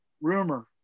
Rumor